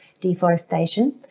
deforestation